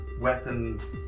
weapons